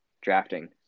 drafting